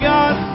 God